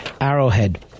Arrowhead